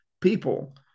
people